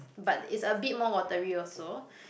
but it's a bit more watery also